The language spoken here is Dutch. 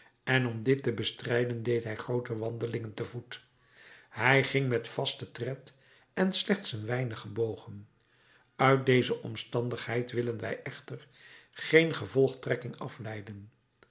en om dit te bestrijden deed hij groote wandelingen te voet hij ging met vasten tred en slechts een weinig gebogen uit deze omstandigheid willen wij echter geen gevolgtrekking afleiden